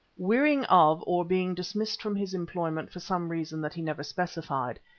wearying of or being dismissed from his employment for some reason that he never specified,